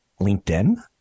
LinkedIn